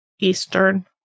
Eastern